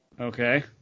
Okay